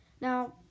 now